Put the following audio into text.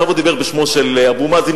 שם הוא דיבר בשמו של אבו מאזן,